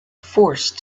forced